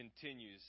continues